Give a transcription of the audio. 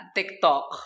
TikTok